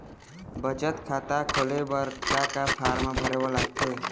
बचत खाता खोले बर का का फॉर्म भरे बार लगथे?